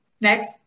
Next